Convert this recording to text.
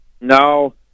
No